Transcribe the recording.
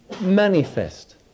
manifest